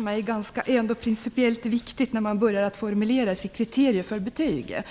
mig är det ändå principiellt viktigt att det därifrån är ett steg till att man börjar formulera kriterier för betyg.